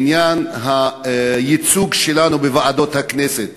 עניין הייצוג שלנו בוועדות הכנסת.